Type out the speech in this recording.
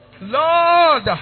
Lord